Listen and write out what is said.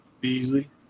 Beasley